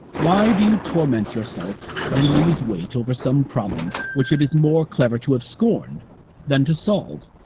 why do you torment yourself and lose weight over some problem, which it is more clever to have scorn than to solve.